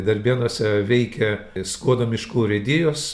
darbėnuose veikia skuodo miškų urėdijos